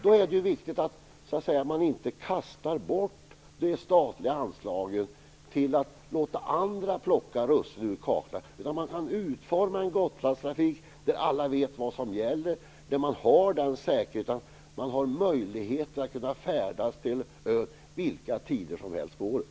Då är det viktigt att man inte kastar bort det statliga anslaget och låter andra plocka russinen ur kakan. Det är viktigt att man kan utforma en Gotlandstrafik där alla vet vad som gäller, där man har den säkerheten att man kan färdas till ön vilka tider som helst på året.